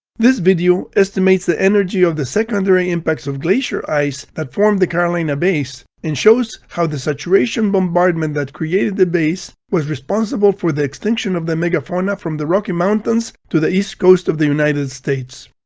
this video estimates the energy of the secondary impacts of glacier ice that formed the carolina bays and shows how the saturation bombardment that created the bays was responsible for the extinction of the megafauna from the rocky mountains to the east coast of the united states.